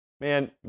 Man